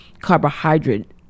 carbohydrate